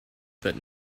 that